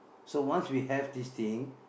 so once we have this thing